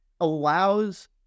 allows